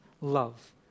love